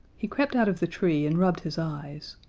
he crept out of the tree and rubbed his eyes.